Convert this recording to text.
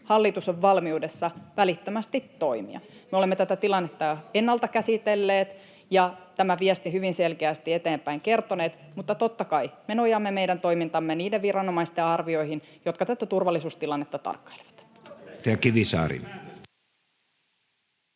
hallitus on valmiudessa välittömästi toimia. Me olemme tätä tilannetta jo ennalta käsitelleet ja tämän viestin hyvin selkeästi eteenpäin kertoneet, mutta totta kai me nojaamme meidän toimintamme niiden viranomaisten arvioihin, jotka tätä turvallisuustilannetta tarkkailevat.